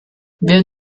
wir